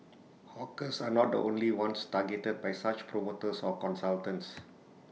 hawkers are not the only ones targeted by such promoters or consultants